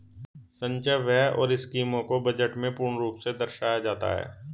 संचय व्यय और स्कीमों को बजट में पूर्ण रूप से दर्शाया जाता है